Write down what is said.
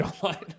Online